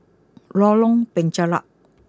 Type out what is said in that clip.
Lorong Penchalak